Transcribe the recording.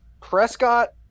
Prescott